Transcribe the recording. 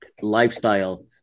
lifestyle